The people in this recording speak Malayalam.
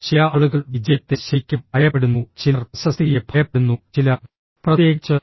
ചില ആളുകൾ വിജയത്തെ ശരിക്കും ഭയപ്പെടുന്നു ചിലർ പ്രശസ്തിയെ ഭയപ്പെടുന്നു ചിലർ പ്രത്യേകിച്ച് ഓ